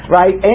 right